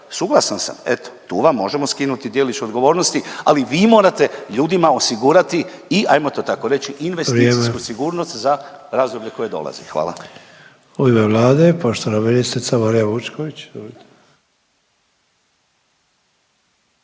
suglasan sam, eto tu vam možemo skinuti djelić odgovornosti, ali vi morate ljudima osigurati i, ajmo to tako reći, investicijsku … .../Upadica: Vrijeme./... sigurnost za razdoblje koje dolazi. Hvala.